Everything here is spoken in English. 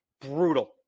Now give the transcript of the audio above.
brutal